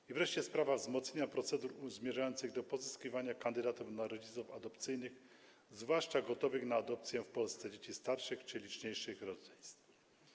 I wreszcie sprawa wzmocnienia procedur zmierzających do pozyskiwania kandydatów na rodziców adopcyjnych, zwłaszcza gotowych na adopcję w Polsce dzieci starszych czy liczniejszych rodzeństw.